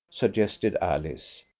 suggested alice.